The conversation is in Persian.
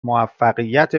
موفقیت